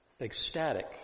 ecstatic